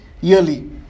yearly